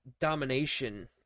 domination